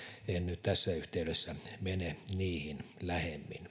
en nyt tässä yhteydessä mene niihin lähemmin